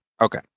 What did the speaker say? Okay